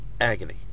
agony